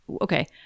Okay